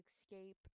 escape